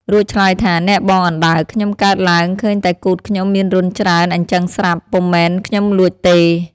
រួចឆ្លើយថា៖ "នែបងអណ្ដើក! ខ្ញុំកើតឡើងឃើញតែគូទខ្ញុំមានរន្ធច្រើនអីចឹងស្រាប់ ពុំមែនខ្ញុំលួចទេ!"។